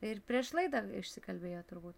ir prieš laidą išsikalbėjo turbūt